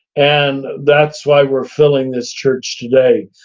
and that's why we're filling this church today.